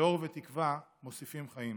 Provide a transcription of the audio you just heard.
ואור ותקווה מוסיפים חיים.